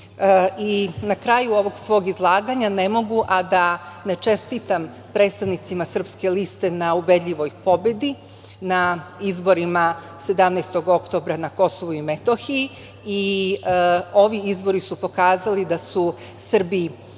kraju ovog svog izlaganja ne mogu a da ne čestitam predstavnicima Srpske liste na ubedljivoj pobedi, na izborima 17. oktobra na KiM i ovi izbori su pokazali da su Srbi